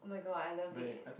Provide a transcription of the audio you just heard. oh-my-god I love it